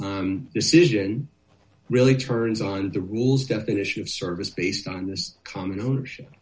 s decision really turns on the rules definition of service based on this common ownership